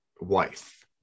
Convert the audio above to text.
wife